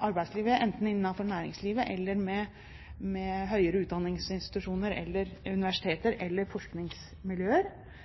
arbeidslivet enten innenfor næringslivet eller med høyere utdanningsinstitusjoner eller